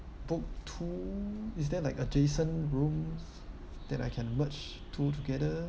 book two is there like adjacent rooms that I can merge two together